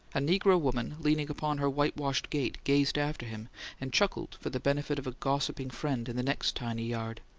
a negro woman, leaning upon her whitewashed gate, gazed after him and chuckled for the benefit of a gossiping friend in the next tiny yard.